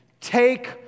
Take